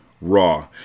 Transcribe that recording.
raw